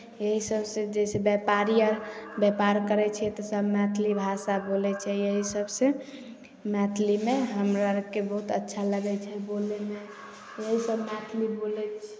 यही सभसँ जइसे व्यापारी अर व्यापार करै छै तऽ सभ मैथिली भाषा बोलै छै यही सभसँ मैथिलीमे हमरा अरके बहुत अच्छा लगै छै बोलयमे यही सभ मैथिली बोलै छी